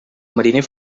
mariner